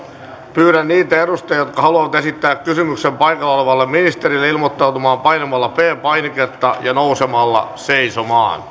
pyydän niitä edustajia jotka haluavat esittää kysymyksen paikalla olevalle ministerille ilmoittautumaan painamalla p painiketta ja nousemalla seisomaan